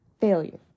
Failure